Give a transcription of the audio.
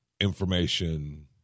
information